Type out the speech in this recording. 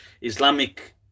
Islamic